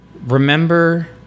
remember